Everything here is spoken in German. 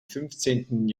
fünfzehnten